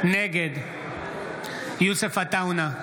נגד יוסף עטאונה,